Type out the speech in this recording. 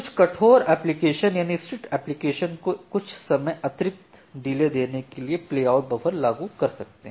कुछ कठोर अप्लिकेशन को कुछ समय अतिरिक्त डिले देने के लिए प्लेआउट बफर लागू कर सकते हैं